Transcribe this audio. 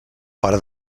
pare